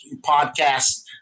podcast